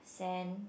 sand